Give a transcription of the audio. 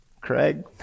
Craig